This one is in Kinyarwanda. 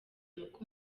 uko